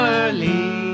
early